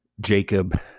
Jacob